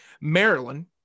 Maryland